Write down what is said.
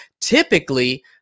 typically